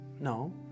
No